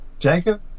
Jacob